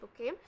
okay